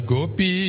Gopi